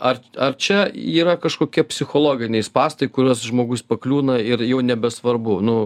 ar ar čia yra kažkokie psichologiniai spąstai į kuriuos žmogus pakliūna ir jau nebesvarbu nu